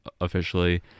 officially